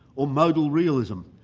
or modal realism,